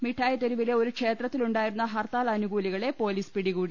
മിഠാ യിതെരുവിലെ ഒരു ക്ഷേത്രത്തിൽ ഉണ്ടായിരുന്ന ഹർത്താൽ അനുകൂലി കളെ പൊലീസ് പിടികൂടി